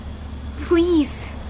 Please